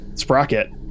Sprocket